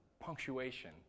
punctuation